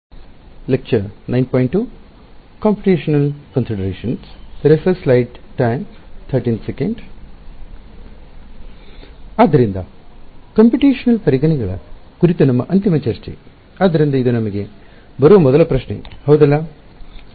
ಆದ್ದರಿಂದ ಕಂಪ್ಯೂಟೇಶನಲ್ ಪರಿಗಣನೆಗಳ ಕುರಿತು ನಮ್ಮ ಅಂತಿಮ ಚರ್ಚೆ ಆದ್ದರಿಂದ ಇದು ನಿಮಗೆ ಬರುವ ಮೊದಲ ಪ್ರಶ್ನೆ ಹೌದಲ್ಲ